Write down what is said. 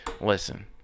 Listen